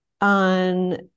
on